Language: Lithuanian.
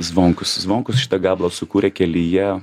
zvonkus zvonkus šitą gabalą sukūrė kelyje